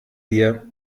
dir